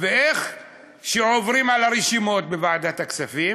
ואיך שעוברים על הרשימות בוועדת הכספים